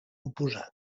oposat